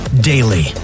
daily